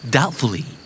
Doubtfully